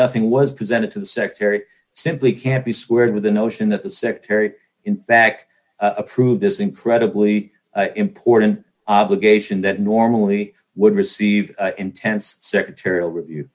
nothing was presented to the secretary simply can't be squared with the notion that the secretary in fact approved this incredibly important obligation that normally would receive intense secretarial review